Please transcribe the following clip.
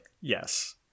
Yes